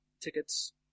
tickets